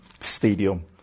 Stadium